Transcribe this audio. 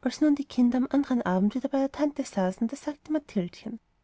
als nun die kinder am andern abend wieder bei der tante saßen da sagte